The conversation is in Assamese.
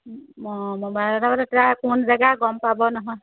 অঁ মোবাইলত কোন জেগা গম পাব নহয়